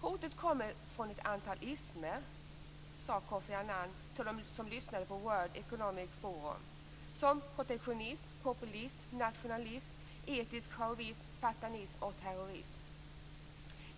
Hotet kommer från ett antal ismer, sade Kofi Annan till dem som lyssnade på World Economic Forum. Det gäller t.ex. protektionism, populism, nationalism, etnisk chauvinism, fanatism och terrorism.